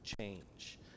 change